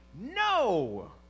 no